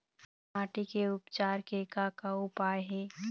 माटी के उपचार के का का उपाय हे?